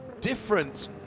different